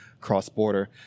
cross-border –